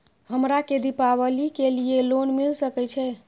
हमरा के दीपावली के लीऐ लोन मिल सके छे?